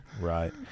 Right